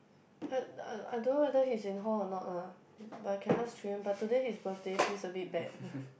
uh I don't know whether he's in hall or not lah but I can ask Chu-Yan but today his birthday feels a bit bad